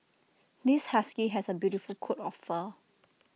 this husky has A beautiful coat of fur